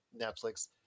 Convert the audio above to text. Netflix